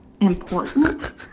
important